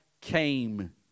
came